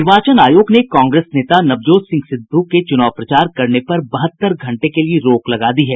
निर्वाचन आयोग ने कांग्रेस नेता नवजोत सिंह सिद्धू के प्रचार करने पर बहत्तर घंटे के लिए रोक लगा दी है